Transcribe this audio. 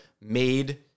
made